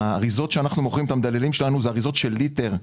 האריזות של המדללים שאנחנו מוכרים אותן הן אריזות של ליטר,